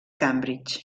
cambridge